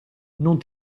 non